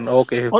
okay